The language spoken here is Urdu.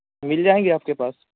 مل جائیں گی آپ کے پاس